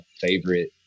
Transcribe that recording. favorite